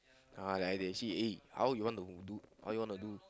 uh like they say eh how you wanna do how you wanna do